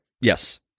Yes